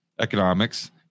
Economics